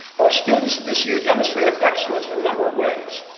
our students this year demonstrated excellence in a number of ways.